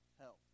help